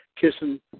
kissing